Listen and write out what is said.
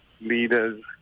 leaders